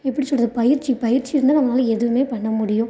எப்படி சொல்கிறது பயிற்சி பயிற்சி இருந்தால் நம்மளால் எதுவுமே பண்ண முடியும்